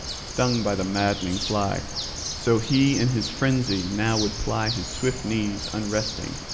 stung by the maddening fly so he in his frenzy now would ply his swift knees unresting,